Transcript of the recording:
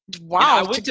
wow